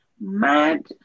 mad